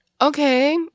Okay